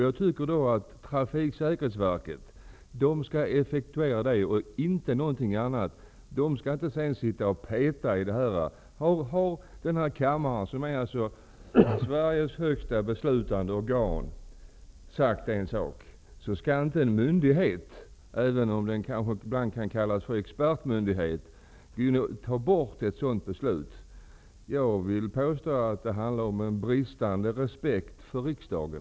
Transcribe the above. Jag tycker att Trafiksäkerhetsverket skall effektuera detta och inget annat. Trafiksäkerhetsverket skall inte sitta och ''peta'' i detta. När denna kammare, som är Sveriges högsta beslutande organ, sagt en sak, skall inte en myndighet, även om den ibland kan kallas för en expertmyndighet, åsidosätta ett beslut. Det handlar om bristande respekt för riksdagen.